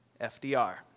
FDR